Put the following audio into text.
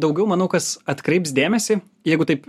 daugiau manau kas atkreips dėmesį jeigu taip